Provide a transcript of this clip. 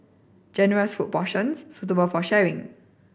generous food portions suitable for sharing